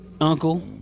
uncle